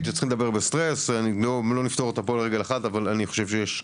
הייתי בדיון אחר ושמעתי,